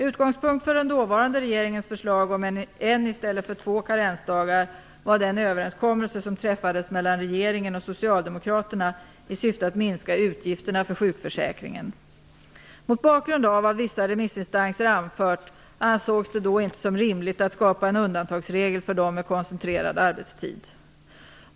Utgångspunkt för den dåvarande regeringens förslag om en i stället för två karensdagar var den överenskommelse som träffades mellan regeringen och Socialdemokraterna i syfte att minska utgifterna för sjukförsäkringen. Mot bakgrund av vad vissa remissinstanser anfört ansågs det inte som rimligt att skapa en undantagsregel för dem med koncentrerad arbetstid.